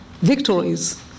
victories